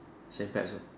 Saint Pat's uh